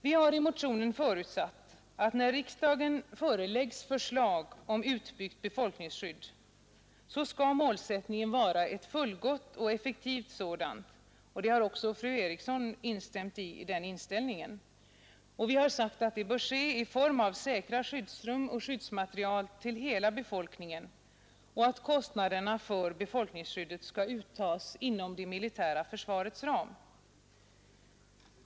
Vi har i motionen förutsatt, att när riksdagen föreläggs förslag om utbyggt befolkningsskydd, så skall målsättningen vara ett fullgott och effektivt sådant. Den inställningen har också fru Eriksson i Stockholm instämt i. Och vi har sagt att det bör ske genom säkra skyddsrum och säkert skyddsmaterial till hela befolkningen och att kostnaderna för befolkningsskyddet skall uttas inom det militära försvarets ram.